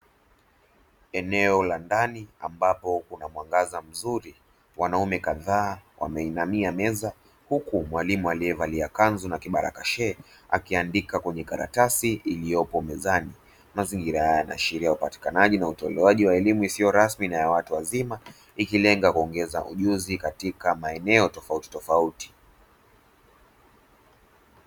Eneo la ndani, ambapo kuna mwangaza mzuri, wanaume kadhaa wameinamia meza, huku mwalimu aliyevalia kanzu na kofia ya shehe akiandika kwenye karatasi iliyopo mezani; mazingira haya yanawakilisha upatikanaji na utolewaji wa elimu isiyo rasmi kwa watu wazima, ikilenga kuongeza ujuzi katika maeneo tofautitofauti.